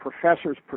Professors